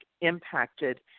impacted